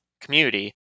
community